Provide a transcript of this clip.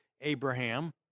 Abraham